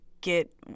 get